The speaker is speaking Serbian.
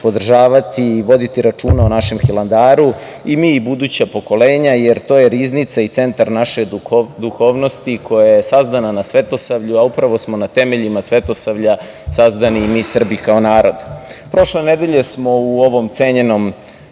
podržavati i voditi računa o našem Hilandaru i mi i buduća pokolenja, jer to je riznica i centar naše duhovnosti, koja je sazdana na svetosavlju, a upravo smo na temeljima svetosavlja sazdani i mi Srbi kao narod. Prošle nedelje smo u ovom cenjenom